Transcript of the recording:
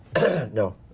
No